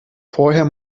vorher